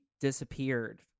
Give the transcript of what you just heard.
disappeared